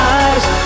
eyes